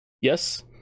Yes